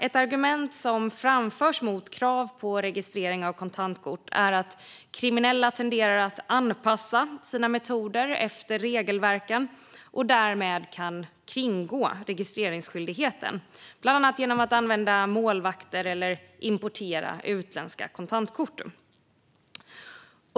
Ett argument som framförs mot krav på registrering av kontantkort är att kriminella tenderar att anpassa sina metoder till regelverken och därmed kan kringgå registreringsskyldigheten, bland annat genom att använda målvakter eller importera utländska kontantkort.